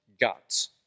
guts